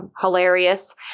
hilarious